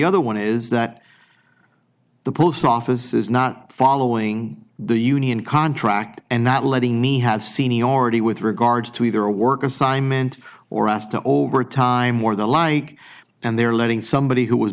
other one is that the post office is not following the union contract and not letting me have seniority with regards to either a work assignment or asked to overtime or the like and they're letting somebody who was